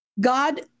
God